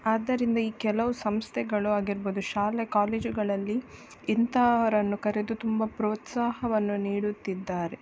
ಆದ್ದರಿಂದ ಈ ಕೆಲವು ಸಂಸ್ಥೆಗಳು ಆಗಿರ್ಬೋದು ಶಾಲೆ ಕಾಲೇಜುಗಳಲ್ಲಿ ಇಂಥವರನ್ನು ಕರೆದು ತುಂಬ ಪ್ರೋತ್ಸಾಹವನ್ನು ನೀಡುತ್ತಿದ್ದಾರೆ